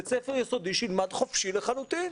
בית ספר יסודי שילמד חופשי לחלוטין.